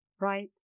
right